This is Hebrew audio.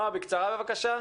בבקשה,